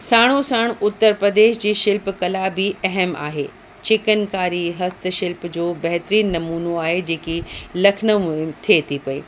साणो साण उत्तर प्रदेश जी शिल्प कला बि अहम आहे चिकिनकारी हस्त शिल्प जो बेहतरीन नमूनो आहे जेकी लखनऊ मुहिम थिए थी पई